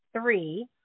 three